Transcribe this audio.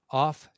off